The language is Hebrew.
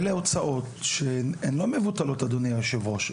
אלה הוצאות שהן לא מבוטלות אדוני היו"ר,